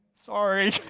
sorry